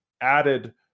added